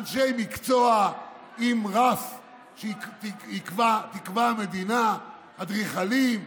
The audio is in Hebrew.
אנשי מקצוע עם רף שתקבע המדינה, אדריכלים,